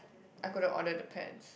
I couldn't order the pants